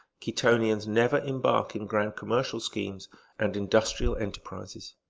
quitonians never embark in grand commercial schemes and industrial enterprises.